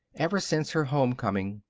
ever since her home-coming,